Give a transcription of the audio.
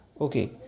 okay